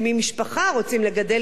רוצים לגדל ילדים,